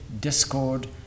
discord